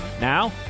Now